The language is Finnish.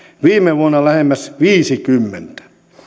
viime vuonna lähemmäs viisikymmentä